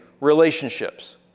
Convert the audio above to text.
relationships